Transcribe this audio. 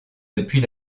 depuis